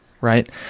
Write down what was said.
right